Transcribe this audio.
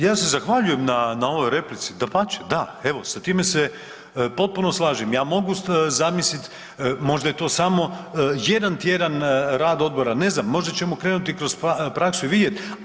Ja se zahvaljujem na ovoj replici, dapače da, evo sa time se potpuno slažem, ja mogu zamisliti možda je to samo jedan tjedan rada odbora, ne znam možda ćemo krenuti kroz praksu i vidjeti.